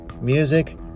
music